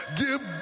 give